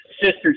sister's